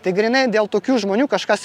tai grynai dėl tokių žmonių kažkas